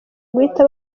guhita